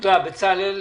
דרך אגב,